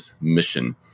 Mission